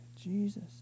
Jesus